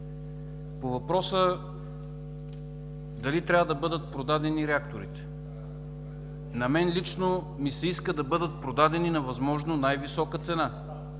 По въпроса дали трябва да бъдат продадени реакторите. На мен лично ми се иска да бъдат продадени на възможно най-висока цена,